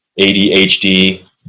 ADHD